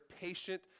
patient